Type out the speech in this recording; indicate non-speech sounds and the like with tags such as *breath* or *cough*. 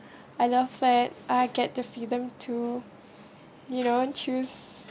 *breath* I love that I get the freedom to you know choose